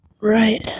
Right